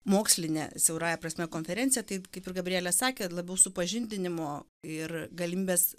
mokslinė siaurąja prasme konferencija taip kaip ir gabrielė sakė labiau supažindinimo ir galimybės